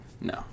No